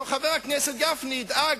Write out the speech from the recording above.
חבר הכנסת גפני ידאג,